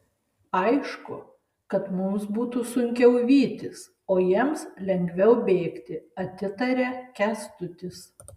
aišku kad mums būtų sunkiau vytis o jiems lengviau bėgti atitaria kęstutis